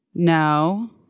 No